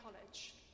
college